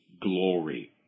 glory